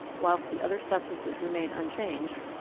whilst the other substances remain unchanged,